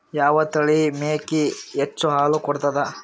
ಯಾವ ತಳಿಯ ಮೇಕಿ ಹೆಚ್ಚ ಹಾಲು ಕೊಡತದ?